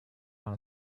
down